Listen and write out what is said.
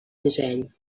disseny